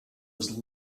was